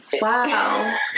wow